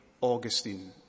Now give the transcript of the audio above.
Augustine